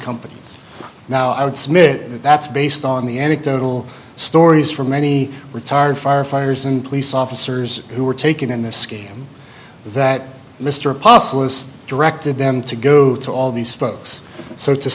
companies now i would submit that that's based on the anecdotal stories from many retired firefighters and police officers who were taken in the scheme that mr apostle has directed them to go to all these folks so to